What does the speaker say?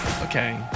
Okay